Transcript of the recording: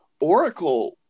Oracle